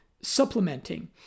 supplementing